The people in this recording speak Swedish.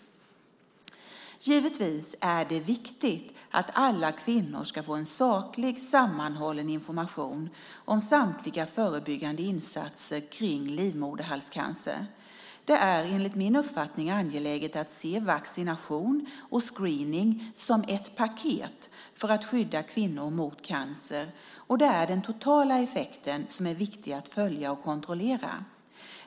Givetvis är det viktigt att alla kvinnor ska få en saklig, sammanhållen information om samtliga förebyggande insatser kring livmoderhalscancer. Det är enligt min uppfattning angeläget att se vaccination och screening som ett paket för att skydda kvinnor mot cancer, och det är den totala effekten som är viktig att följa och kontrollera.